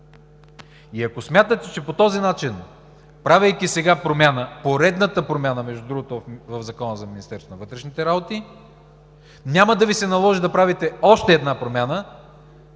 И ако смятате, че по този начин, правейки сега промяна – поредната промяна, между другото – в Закона за Министерството на вътрешните работи, няма да Ви се наложи да правите още една промяна,